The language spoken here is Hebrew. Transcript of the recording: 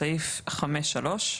בסעיף 5(3),